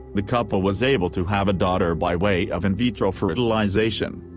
the couple was able to have a daughter by way of in vitro fertilization.